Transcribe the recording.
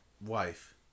Wife